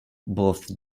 both